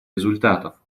результатов